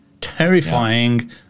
Terrifying